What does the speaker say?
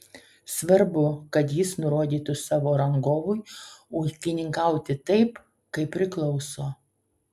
svarbu kad jis nurodytų savo rangovui ūkininkauti taip kaip priklauso